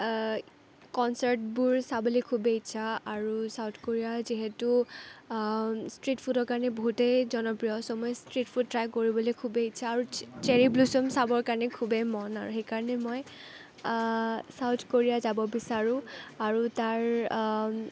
কনচাৰ্টবোৰ চাবলে খুবেই ইচ্ছা আৰু চাউথ কোৰিয়া যিহেতু ষ্ট্ৰিট ফুডৰ কাৰণে বহুতেই জনপ্ৰিয় চ' মই ষ্ট্ৰিট ফুড ট্ৰাই কৰিবলে খুবেই ইচ্ছা আৰু চেৰী ব্লুচম চাবলে খুবেই মন আৰু সেই কাৰণে মই চাউথ কোৰিয়া যাব বিচাৰোঁ আৰু তাৰ